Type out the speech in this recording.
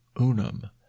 unum